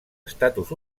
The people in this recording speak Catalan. estatus